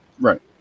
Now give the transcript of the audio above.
Right